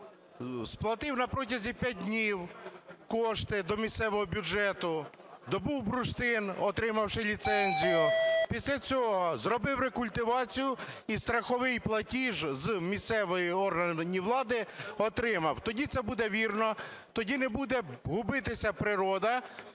сплатив протягом 5 днів кошти до місцевого бюджету; добув бурштин, отримавши ліцензію; після цього зробив рекультивацію і страховий платіж з місцевих органів влади отримав. Тоді це буде вірно, тоді не буде губитися природа,